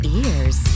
ears